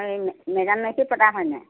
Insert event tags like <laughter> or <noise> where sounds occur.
এই <unintelligible> মেডাম মে ফি পতা হয় নাই